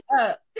up